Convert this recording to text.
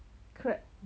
crab